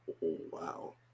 Wow